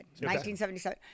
1977